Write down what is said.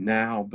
now